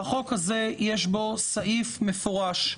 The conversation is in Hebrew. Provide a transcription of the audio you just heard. בחוק הזה יש סעיף מפורש,